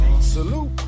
Salute